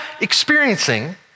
experiencing